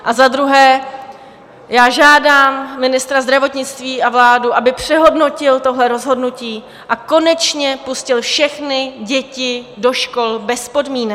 A za druhé, žádám ministra zdravotnictví a vládu, aby přehodnotili tohle rozhodnutí a konečně pustili všechny děti do škol bez podmínek.